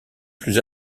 plus